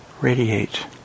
Radiate